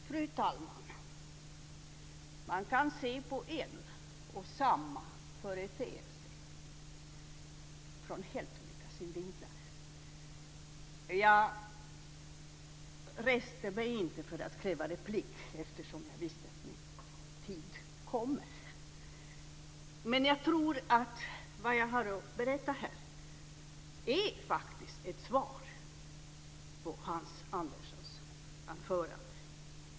Fru talman! Man kan se på en och samma företeelse från helt olika synvinklar. Jag begärde inte replik, eftersom jag visste att min tid kommer. Men jag tror att det som jag har att berätta här faktiskt är ett svar på Hans Anderssons frågor.